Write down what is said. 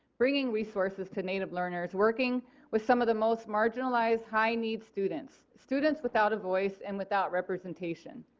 bringing resources to native learners, working with some of the most marginalized high needs students. students without a voice and without representation.